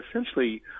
essentially